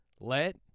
Let